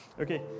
Okay